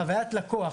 חוויית לקוח